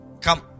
Come